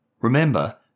Remember